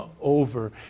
over